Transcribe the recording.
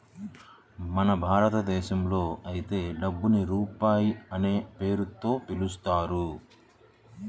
మన భారతదేశంలో అయితే డబ్బుని రూపాయి అనే పేరుతో పిలుస్తారు